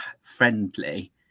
friendly